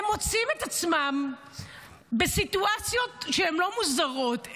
הם מוצאים את עצמם בסיטואציות שהן לא מוזרות,